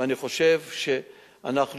ואני חושב שאנחנו,